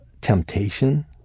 temptation